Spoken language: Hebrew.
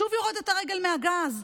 שוב יורדת הרגל מהגז.